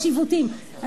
יש עיוותים,